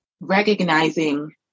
recognizing